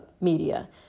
media